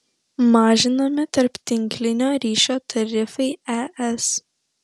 mažinami tarptinklinio ryšio tarifai es